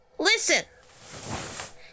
Listen